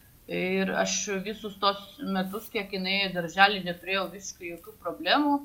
ir aš visus tuos metus kiek jinai ėjo į darželį neturėjau visiškai jokių problemų